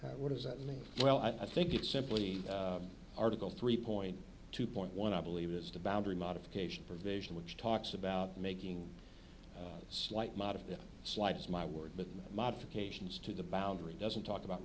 slight what does that mean well i think it simply article three point two point one i believe is to boundary modification provision which talks about making slight modify the slightest my word with modifications to the boundary doesn't talk about